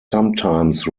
sometimes